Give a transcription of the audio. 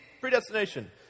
predestination